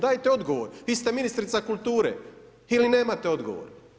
Dajte odgovor, vi ste ministrica kulture, ili nemate odgovor.